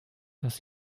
dass